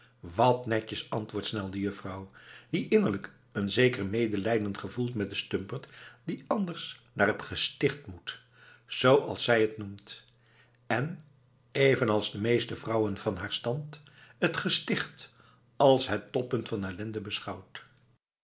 wat netjes antwoordt snel de juffrouw die innerlijk een zeker medelijken gevoelt met den stumperd die anders naar het gesticht moet zooals zij het noemt en evenals de meeste vrouwen van haar stand het gesticht als het toppunt van ellende beschouwt